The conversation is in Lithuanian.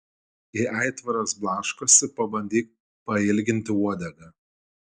jei aitvaras blaškosi pabandyk pailginti uodegą